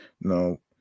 No